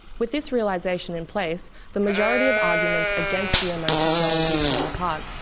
with this realization in place, the majority of arguments against gmo technology fall apart.